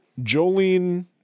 Jolene